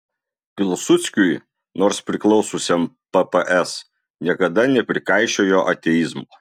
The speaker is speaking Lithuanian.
pilsudskiui nors priklausiusiam pps niekada neprikaišiojo ateizmo